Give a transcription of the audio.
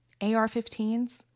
AR-15s